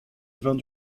vint